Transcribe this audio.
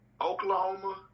Oklahoma